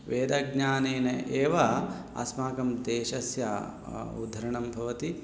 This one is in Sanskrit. वेदज्ञानेन एव अस्माकं देशस्य उद्धरणं भवति